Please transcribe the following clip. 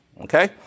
Okay